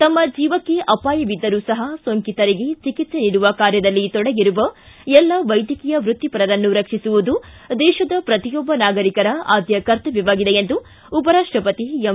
ತಮ್ಮ ಜೀವಕ್ಕೆ ಅಪಾಯವಿದ್ದರೂ ಸಹ ಸೋಂಕಿತರಿಗೆ ಚಿಕಿತ್ಸೆ ನೀಡುವ ಕಾರ್ಯದಲ್ಲಿ ತೊಡಗಿರುವ ಎಲ್ಲ ವೈದ್ಯಕೀಯ ವೃತ್ತಿಪರರನ್ನು ರಕ್ಷಿಸುವುದು ದೇಶದ ಪ್ರತಿಯೊಬ್ಬ ನಾಗರಿಕರ ಆದ್ಯ ಕರ್ತವ್ಯವಾಗಿದೆ ಎಂದು ಉಪರಾಷ್ಷಪತಿ ಎಂ